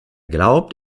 glaubt